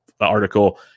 article